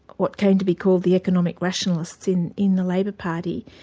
what came to be called the economic rationalists in in the labor party,